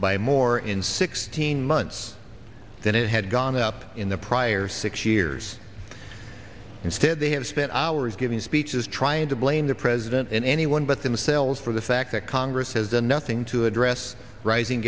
by more in sixteen months than it had gone up in the prior six years instead they have spent hours giving speeches trying to blame the president and anyone but themselves for the fact that congress has done nothing to address rising